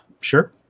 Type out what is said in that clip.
Sure